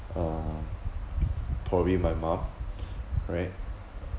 uh probably my mum correct